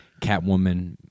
Catwoman